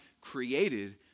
created